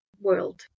world